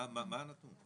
מה הנתון?